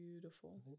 Beautiful